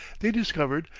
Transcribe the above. they discovered,